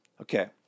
Okay